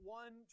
one